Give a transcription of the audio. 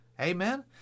Amen